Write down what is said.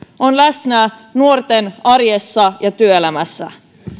on läsnä nuorten arjessa ja työelämässä